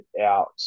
out